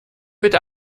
bitte